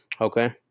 Okay